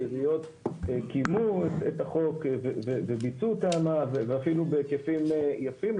העיריות קיימו את החוק וביצעו תמ"א ואפילו בהיקפים יפים,